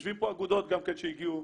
יושבות פה אגודות שהגיעו,